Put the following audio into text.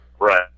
right